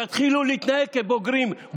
תתחילו להתנהג כבוגרים.